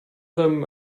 them